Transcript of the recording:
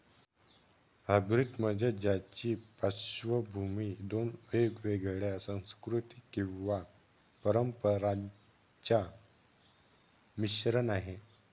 hybrid म्हणजे ज्याची पार्श्वभूमी दोन वेगवेगळ्या संस्कृती किंवा परंपरांचा मिश्रण आहे